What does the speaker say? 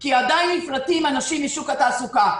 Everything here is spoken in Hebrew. כי עדיין נפלטים אנשים משוק התעסוקה,